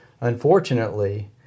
Unfortunately